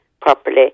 properly